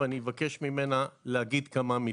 ואני אבקש ממנה להגיד כמה מילים,